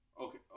Okay